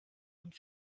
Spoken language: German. und